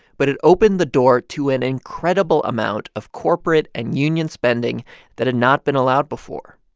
but it opened the door to an incredible amount of corporate and union spending that had not been allowed before.